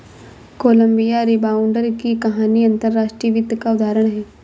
Colombia rebound की कहानी अंतर्राष्ट्रीय वित्त का उदाहरण है